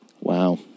wow